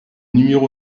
numéro